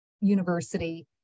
university